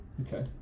Okay